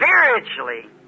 spiritually